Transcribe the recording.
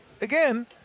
again